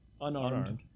unarmed